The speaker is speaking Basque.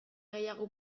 gehiago